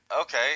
okay